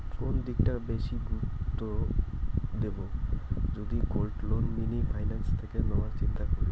কোন দিকটা বেশি করে গুরুত্ব দেব যদি গোল্ড লোন মিনি ফাইন্যান্স থেকে নেওয়ার চিন্তা করি?